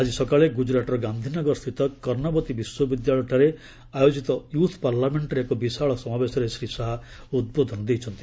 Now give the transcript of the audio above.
ଆଜି ସକାଳେ ଗୁଜରାଟର ଗାନ୍ଧିନଗର ସ୍ଥିତ କର୍ଣ୍ଣବତୀ ବିଶ୍ୱବିଦ୍ୟାଳୟଠାରେ ଆୟୋଜିତ ୟୁଥ୍ ପାର୍ଲାମେଷ୍ଟରେ ଏକ ବିଶାଳ ସମାବେଶରେ ଶ୍ରୀ ଶାହା ଉଦ୍ବୋଧନ ଦେଇଛନ୍ତି